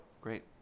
great